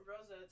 Rosa